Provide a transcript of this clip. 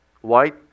white